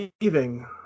leaving